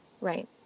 Right